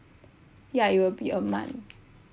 ya it will be a month